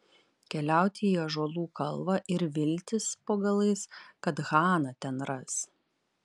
keliauti į ąžuolų kalvą ir viltis po galais kad haną ten ras